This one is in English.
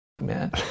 man